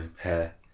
hair